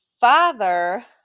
father